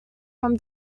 from